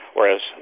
Whereas